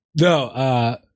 No